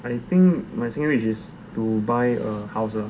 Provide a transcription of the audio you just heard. I think my second wish is to buy a house ah